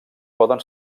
poden